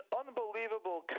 unbelievable